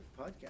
podcast